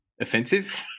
offensive